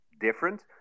different